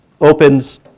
Opens